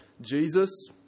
Jesus